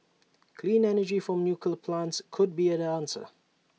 clean energy from nuclear plants could be an answer